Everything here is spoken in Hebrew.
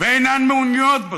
ואינן מעוניינות בזה,